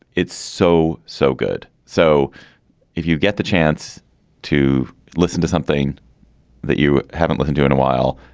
it's so, so good. so if you get the chance to listen to something that you haven't listened to in a while,